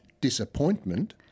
disappointment